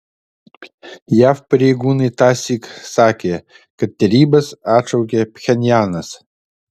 jav pareigūnai tąsyk sakė kad derybas atšaukė pchenjanas